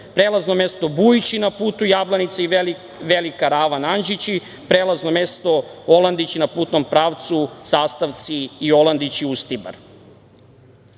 prelazno mesto Bujići na putu Jablanica – Velika Ravan – Anđići, prelazno mesto Olandići na putnom pravcu Sastavci i Olandići – Ustibar,